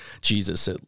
Jesus